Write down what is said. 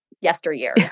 yesteryear